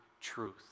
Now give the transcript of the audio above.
truth